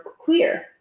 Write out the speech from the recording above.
queer